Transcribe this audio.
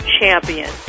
champion